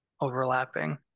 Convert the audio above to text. overlapping